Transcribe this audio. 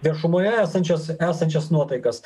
viešumoje esančias esančias nuotaikas